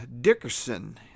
Dickerson